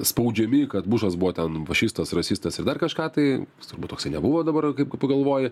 spaudžiami kad bušas buvo ten fašistas rasistas ir dar kažką tai turbūt toksai nebuvo dabar kai pagalvoji